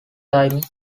timing